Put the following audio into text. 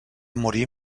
morir